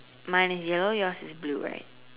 mine is yellow yours is blue right